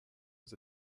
was